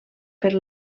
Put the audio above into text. per